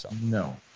No